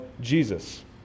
Jesus